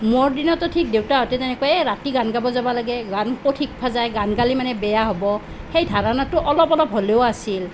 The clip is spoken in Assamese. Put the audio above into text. মোৰ দিনতো ঠিক দেউতাহঁতে তেনেকুৱা এই ৰাতি গান গাব যাব লাগে গান ক'ত শিকিব যায় গান গালে মানে বেয়া হ'ব সেই ধাৰণাটো অলপ অলপ হ'লেও আছিল